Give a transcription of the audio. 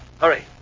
Hurry